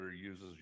uses